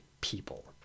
people